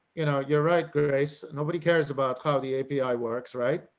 you know, you're right. grace, nobody cares about how the api works. right.